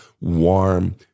warm